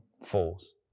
falls